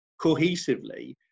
cohesively